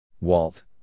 Walt